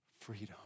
freedom